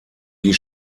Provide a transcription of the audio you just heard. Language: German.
die